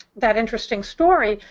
that interesting story,